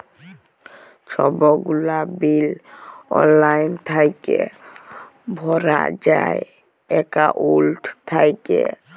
ছব গুলা বিল অললাইল থ্যাইকে ভরা যায় একাউল্ট থ্যাইকে